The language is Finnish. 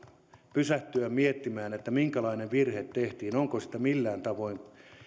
pysähtyä miettimään minkälainen virhe tehtiin onko se millään tavoin